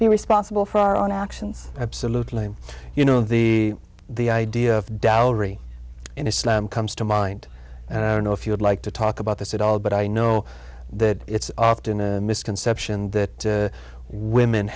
they're responsible for our own actions absolutely you know the the idea of doubt in islam comes to mind and i don't know if you would like to talk about this at all but i know that it's often a misconception that women